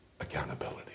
accountability